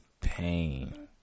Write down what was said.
pain